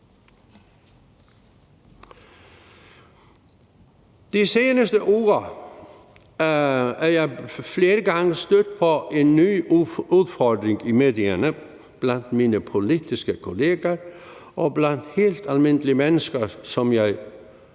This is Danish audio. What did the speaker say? De seneste uger er jeg flere gange stødt på en ny udfordring i medierne, blandt mine politiske kollegaer og blandt helt almindelige mennesker, som jeg